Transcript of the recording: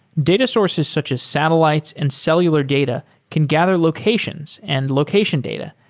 data sources such as satellites and cellular data can gather locations and location data,